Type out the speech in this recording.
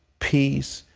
peace,